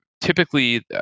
typically